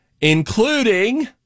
including